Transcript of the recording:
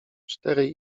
czterej